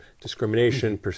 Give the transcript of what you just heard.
discrimination